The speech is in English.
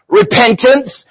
repentance